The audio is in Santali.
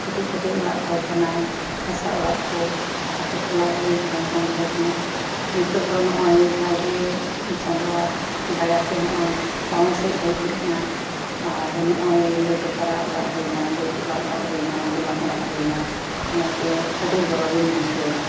ᱠᱟᱹᱴᱤᱡ ᱠᱟᱹᱴᱤᱡ ᱚᱲᱟᱜ ᱛᱟᱦᱮᱸ ᱠᱟᱱᱟ ᱦᱟᱥᱟ ᱚᱲᱟᱜ ᱠᱚ ᱟᱹᱛᱩ ᱴᱚᱞᱟ ᱨᱮᱞᱤᱧ ᱛᱟᱦᱮᱱ ᱠᱟᱱ ᱛᱟᱦᱮᱸ ᱱᱟᱠᱟ ᱱᱤᱛᱳᱜ ᱫᱚ ᱱᱚᱜ ᱚᱭ ᱡᱟᱜᱮ ᱪᱟᱸᱫᱳᱭᱟᱜ ᱫᱟᱭᱟ ᱛᱮ ᱱᱚᱜ ᱚᱭ ᱴᱟᱣᱩᱱ ᱥᱮᱫ ᱦᱮᱡ ᱦᱩᱭ ᱮᱱᱟ ᱟᱨ ᱱᱚᱜ ᱚᱭ ᱞᱟᱹᱴᱩ ᱯᱟᱨᱟ ᱚᱲᱟᱜ ᱦᱩᱭ ᱮᱱᱟ ᱫᱩᱛᱚᱞᱟ ᱚᱲᱟᱜ ᱦᱩᱭ ᱮᱱᱟ ᱫᱚᱞᱟᱱ ᱚᱲᱟᱜ ᱦᱩᱭ ᱮᱱᱟ ᱚᱱᱟᱛᱮ ᱟᱹᱰᱤ ᱜᱚᱨᱚᱵ ᱤᱧ ᱵᱩᱷᱟᱹᱭᱟ